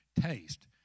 taste